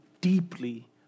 deeply